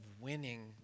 winning